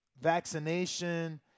vaccination